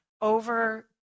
over